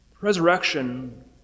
Resurrection